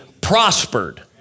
prospered